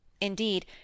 Indeed